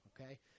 okay